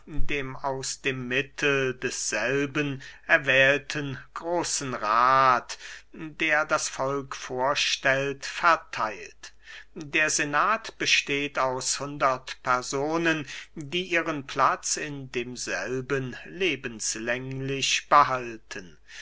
dem aus dem mittel desselben erwählten großen rath der das volk vorstellt vertheilt der senat besteht aus hundert personen die ihren platz in demselben lebenslänglich behalten